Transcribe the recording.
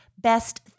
Best